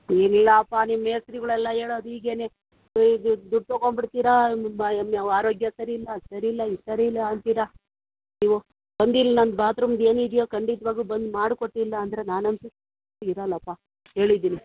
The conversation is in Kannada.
ಏನಿಲ್ಲಪ್ಪ ನೀವು ಮೇಸ್ತ್ರಿಗಳೆಲ್ಲ ಹೇಳೋದು ಈಗೇನೆ ಈಗ್ಲೇ ದುಡ್ಡು ತೊಗೊಂಡ್ಬಿಡ್ತೀರ ನಿಮ್ಮ ಆರೋಗ್ಯ ಸರಿ ಇಲ್ಲ ಅದು ಸರಿ ಇಲ್ಲ ಇದು ಸರಿ ಇಲ್ಲ ಅಂತೀರ ನೀವು ಒಂದು ಇಲ್ಲಿ ನಮ್ಮ ಬಾತ್ರೂಮ್ದು ಏನು ಇದೆಯೋ ಖಂಡಿತವಾಗ್ಲೂ ಬಂದು ಮಾಡಿ ಕೊಟ್ಟಿಲ್ಲ ಅಂದರೆ ನಾನಂತೂ ಸುಮ್ಮನೆ ಇರಲ್ಲಪ್ಪ ಹೇಳಿದ್ದೀನಿ